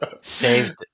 Saved